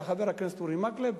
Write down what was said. חבר הכנסת אורי מקלב,